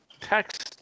text